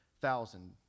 thousand